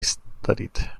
studied